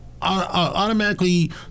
automatically